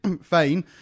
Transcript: fine